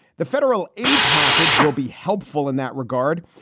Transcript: the federal aid package will be helpful in that regard.